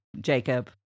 Jacob